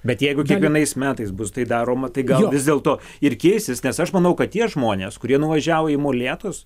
bet jeigu kiekvienais metais bus tai daroma tai gal dėl to ir keisis nes aš manau kad tie žmonės kurie nuvažiavo į molėtus